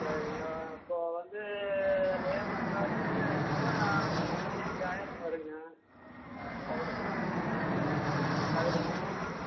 சரிங்க ஆ இப்போது வந்து லேபர் சார்ஜ்ஜின்னு எடுத்துகிட்டா முப்பத்தஞ்சாயிரம் வருங்க சதுரத்துக்கு சதுரத்துக்குங்க